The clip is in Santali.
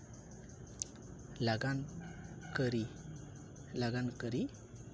ᱟᱹᱰᱤ ᱞᱟᱜᱟᱱ ᱠᱟᱹᱨᱤ ᱞᱟᱜᱟᱱ ᱠᱟᱹᱨᱤ